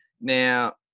Now